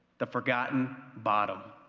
the forgotten bottom.